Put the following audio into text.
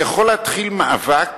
הרי יכול להתחיל מאבק